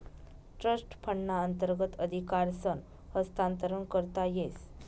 trust फंडना अंतर्गत अधिकारसनं हस्तांतरण करता येस